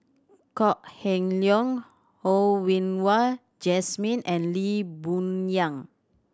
Kok Heng Leun Ho Yen Wah Jesmine and Lee Boon Yang